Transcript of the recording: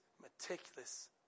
meticulous